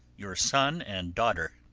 your son and daughter.